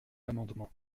l’amendement